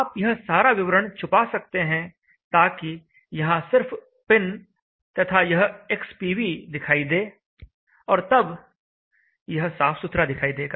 आप यह सारा विवरण छुपा सकते हैं ताकि यहां सिर्फ पिन तथा यह XPV दिखाई दे और तब यह साफ सुथरा दिखाई देगा